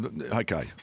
Okay